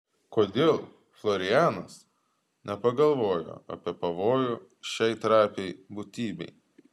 kodėl florianas nepagalvojo apie pavojų šiai trapiai būtybei